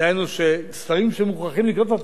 דהיינו שספרים שמוכרחים לקנות,